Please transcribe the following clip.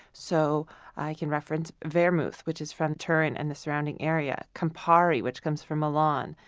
so i can reference vermouth, which is from turin and the surrounding area. campari, which comes from milan.